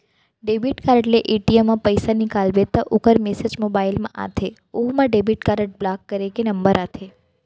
debit card ले ATM म पइसा निकालबे त ओकर मेसेज मोबाइल म आथे ओहू म डेबिट कारड ब्लाक करे के नंबर आथे